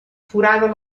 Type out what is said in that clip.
forada